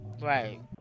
Right